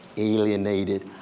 alienated,